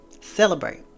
Celebrate